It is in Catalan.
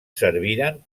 serviren